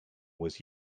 was